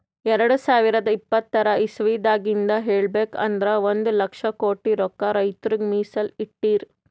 ಎರಡ ಸಾವಿರದ್ ಇಪ್ಪತರ್ ಇಸವಿದಾಗಿಂದ್ ಹೇಳ್ಬೇಕ್ ಅಂದ್ರ ಒಂದ್ ಲಕ್ಷ ಕೋಟಿ ರೊಕ್ಕಾ ರೈತರಿಗ್ ಮೀಸಲ್ ಇಟ್ಟಿರ್